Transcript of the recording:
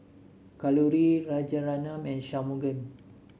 Kalluri Rajaratnam and Shunmugam